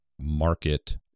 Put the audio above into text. market